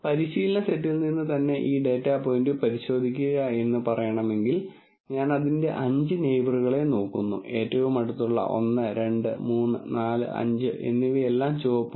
പരിശീലന സെറ്റിൽ നിന്ന് തന്നെ ഈ ഡാറ്റാ പോയിന്റ് പരിശോധിക്കുക എന്ന് പറയണമെങ്കിൽ ഞാൻ അതിന്റെ അഞ്ച് നെയിബറുകളെ നോക്കുന്നു ഏറ്റവും അടുത്തുള്ള 1 2 3 4 5 എന്നിവയെല്ലാം ചുവപ്പാണ്